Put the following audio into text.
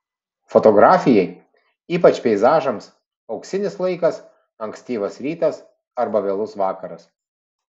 fotografijai ypač peizažams auksinis laikas ankstyvas rytas arba vėlus vakaras